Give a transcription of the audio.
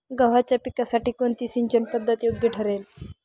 गव्हाच्या पिकासाठी कोणती सिंचन पद्धत योग्य ठरेल?